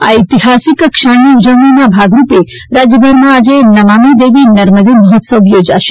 આ ઐતિહાસિક ક્ષણની ઉજવણીના ભાગરૂપે રાજ્યભરમાં આજે નમામિ દેવી નર્મદે મહોત્સવ યોજાશે